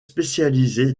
spécialisé